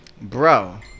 bro